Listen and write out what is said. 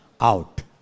out